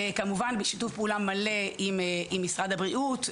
כמובן בשיתוף פעולה מלא עם משרד הבריאות,